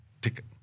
ticket